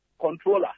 controller